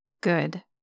Good